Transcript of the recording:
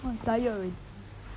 !wah! tired already